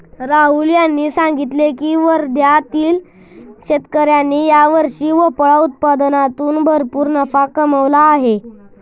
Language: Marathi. राहुल यांनी सांगितले की वर्ध्यातील शेतकऱ्यांनी यावर्षी भोपळा उत्पादनातून भरपूर नफा कमावला आहे